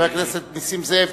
חבר הכנסת נסים זאב,